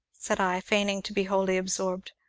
said i, feigning to be wholly absorbed.